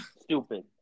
stupid